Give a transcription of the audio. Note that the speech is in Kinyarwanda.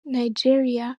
nigeria